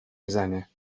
میزنه